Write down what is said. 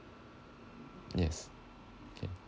yes okay